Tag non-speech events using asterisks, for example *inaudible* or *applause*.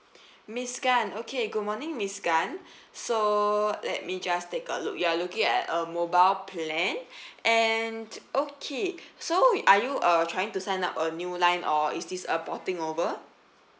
*breath* miss gan okay good morning miss gan so let me just take a look you're looking at a mobile plan *breath* and okay so are you uh trying to sign up a new line or is this a porting over